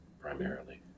primarily